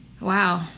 Wow